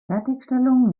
fertigstellung